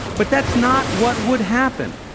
but that's not what would happen.